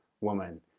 woman